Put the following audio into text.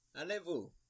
Allez-vous